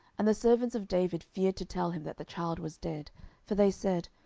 and the servants of david feared to tell him that the child was dead for they said,